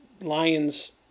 Lions